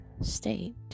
state